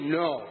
no